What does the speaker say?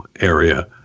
area